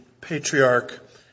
patriarch